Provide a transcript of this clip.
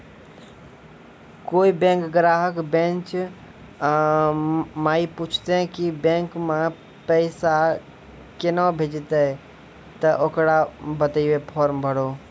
कोय बैंक ग्राहक बेंच माई पुछते की बैंक मे पेसा केना भेजेते ते ओकरा बताइबै फॉर्म भरो